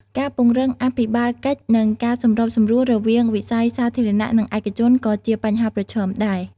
ការពង្រឹងអភិបាលកិច្ចនិងការសម្របសម្រួលរវាងវិស័យសាធារណៈនិងឯកជនក៏ជាបញ្ហាប្រឈមដែរ។